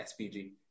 SPG